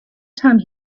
time